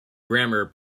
grammar